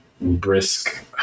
Brisk